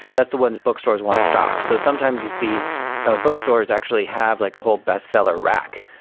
that's the one bookstores want to stock. so sometimes you see ah bookstores actually have like a whole bestseller rack,